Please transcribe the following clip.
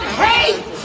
hate